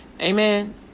Amen